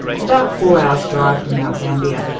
it's about four hours' drive from mt gambier.